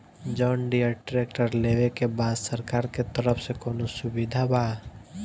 John Deere tractor लेवे के बा सरकार के तरफ से कौनो सुविधा बा?